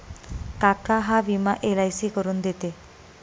काका हा विमा एल.आय.सी करून देते